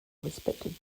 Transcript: respected